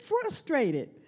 frustrated